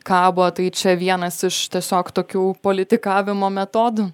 kabo tai čia vienas iš tiesiog tokių politikavimo metodų